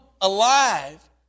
alive